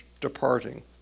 departing